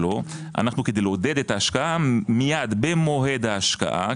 כדי לעודד את ההשקעה מייד במועד ההשקעה,